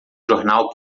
jornal